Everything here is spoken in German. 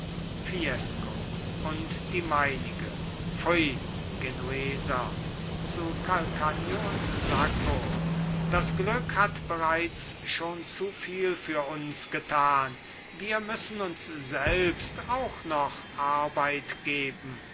fiesco und die meinige pfui genueser zu calcagno und sacco das glück hat bereits schon zuviel für uns getan wir müssen uns selbst auch noch arbeit geben